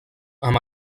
amb